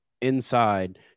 inside